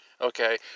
Okay